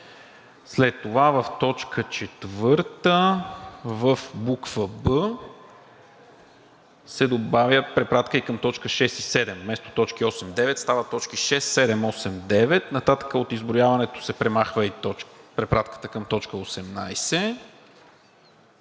След това в т. 4 в буква „б“ се добавя препратка и към т. 6 и 7, вместо „т. 8 и 9“ стават „т. 6, 7, 8, 9“. Нататък от изброяването се премахва препратката към „т. 18“,